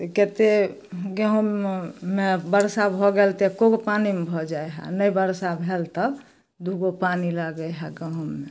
तऽ कतेक गहूममे बरसा भऽ गेल तऽ एकोगो पानिमे भऽ जाइ हइ नहि बरसा भेल तब दुइगो पानि लागै हइ गहूममे